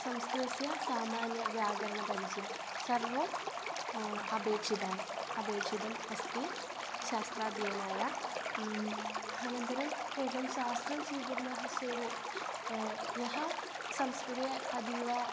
संस्कृतस्य सामान्यव्याकरणपरिचयः सर्वम् अपेक्षिता अपेक्षितम् अस्ति शास्त्राध्ययनाय अनन्तरम् एकं शास्त्रं स्वीकुर्मः चेत् यः संस्कृते अतीव